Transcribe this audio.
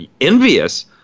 envious